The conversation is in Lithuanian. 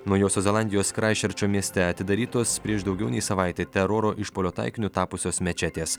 naujosios zelandijos kraistčerčo mieste atidarytos prieš daugiau nei savaitę teroro išpuolio taikiniu tapusios mečetės